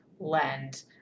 lend